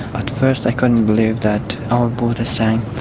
at first i couldn't believe that our boat has sank.